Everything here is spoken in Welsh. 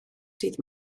dydd